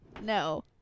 No